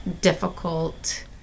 difficult